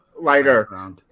lighter